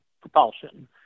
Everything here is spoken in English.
propulsion